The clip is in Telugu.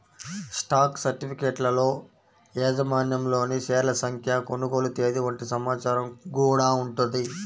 స్టాక్ సర్టిఫికెట్లలో యాజమాన్యంలోని షేర్ల సంఖ్య, కొనుగోలు తేదీ వంటి సమాచారం గూడా ఉంటది